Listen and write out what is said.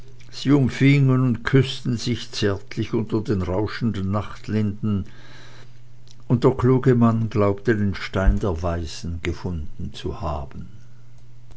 und küßten sich zärtlich unter den rauschenden nachtlinden und der kluge mann glaubte den stein der weisen gefunden zu haben